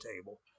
table